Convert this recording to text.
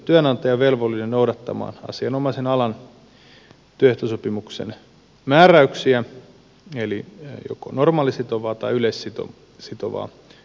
työnantaja on velvollinen noudattamaan asianomaisen alan työehtosopimuksen määräyksiä eli joko normaalisitovaa tai yleissitovaa työehtosopimusta